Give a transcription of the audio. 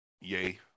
yay